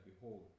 Behold